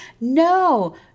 No